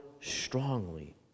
strongly